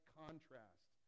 contrast